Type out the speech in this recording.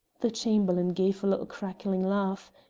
the chamberlain gave a little crackling laugh,